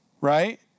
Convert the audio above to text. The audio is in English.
right